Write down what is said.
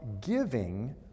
giving